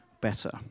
better